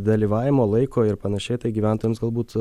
dalyvavimo laiko ir panašiai tai gyventojams galbūt